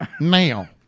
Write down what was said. Now